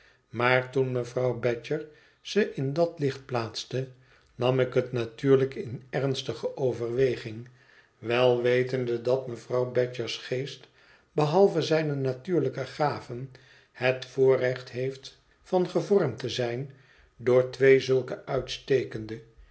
maar toen mevrouw badger ze in dat licht plaatste nam ik het natuurlijk in ernstige overweging wel wetende dat mevrouw badger's geest behalve zijne natuurlijke gaven het voorrecht heeft van gevormd te